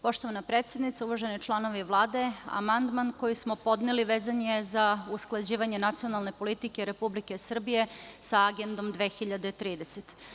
Poštovana predsednice, uvaženi članovi Vlade, amandman koji smo podneli vezan je za usklađivanje nacionalne politike Republike Srbije sa Agendom 2030.